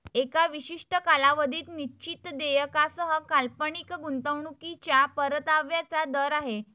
एका विशिष्ट कालावधीत निश्चित देयकासह काल्पनिक गुंतवणूकीच्या परताव्याचा दर आहे